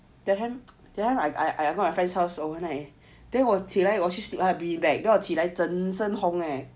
that time I I go my friend's house overnight then 我起来我去睡他的 beanbag 我来整身红 leh